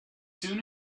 soon